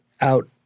out